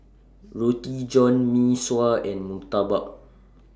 Roti John Mee Sua and Murtabak